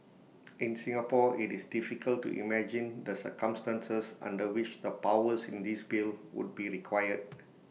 in Singapore IT is difficult to imagine the circumstances under which the powers in this bill would be required